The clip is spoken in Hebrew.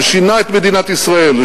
זה שינה את מדינת ישראל,